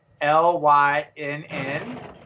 L-Y-N-N